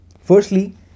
Firstly